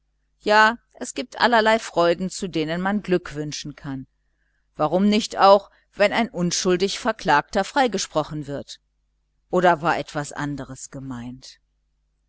ja es gibt allerlei freuden zu denen man gratulieren kann warum nicht auch wenn ein unschuldig verklagter freigesprochen wird oder war etwas anderes gemeint